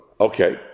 Okay